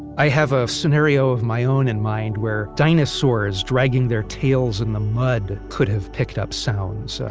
i have a scenario of my own in mind where dinosaurs dragging their tails in the mud could have picked up sounds.